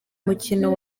mukino